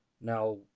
Now